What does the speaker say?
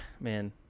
man